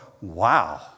wow